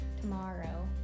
tomorrow